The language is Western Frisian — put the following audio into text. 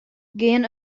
gean